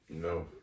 No